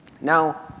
Now